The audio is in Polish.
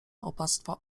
opactwa